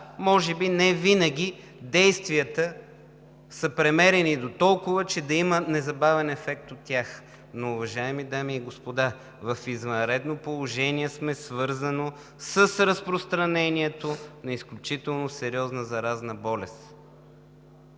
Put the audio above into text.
може би невинаги действията са премерени дотолкова, че да има незабавен ефект от тях. Уважаеми дами и господа, в извънредно положение сме, свързано с разпространението на изключително сериозна заразна болест.